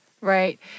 right